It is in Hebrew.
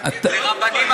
שתגיד לנו?